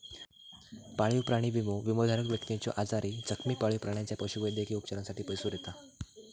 पाळीव प्राणी विमो, विमोधारक व्यक्तीच्यो आजारी, जखमी पाळीव प्राण्याच्या पशुवैद्यकीय उपचारांसाठी पैसो देता